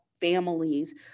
families